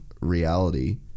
reality